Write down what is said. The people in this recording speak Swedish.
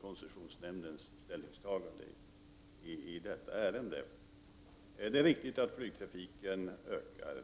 koncessionsnämndens ställningstagande i ärendet. Det är riktigt att flygtrafiken ökar.